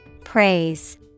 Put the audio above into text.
Praise